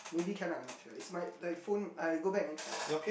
maybe can ah I not sure it's my like phone I go back then try ah